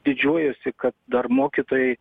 didžiuojuosi kad dar mokytojai